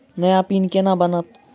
नया पिन केना बनत?